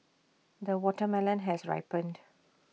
the watermelon has ripened